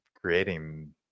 creating